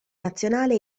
nazionale